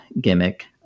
gimmick